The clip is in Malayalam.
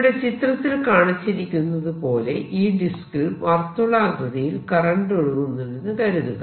ഇവിടെ ചിത്രത്തിൽ കാണിച്ചതുപോലെ ഈ ഡിസ്ക്കിൽ വാർത്തുളാകൃതിയിൽ കറന്റ് ഒഴുകുന്നുണ്ടെന്നു കരുതുക